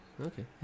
okay